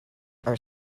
are